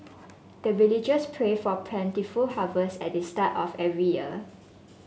the villagers pray for plentiful harvest at the start of every year